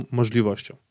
możliwością